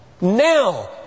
Now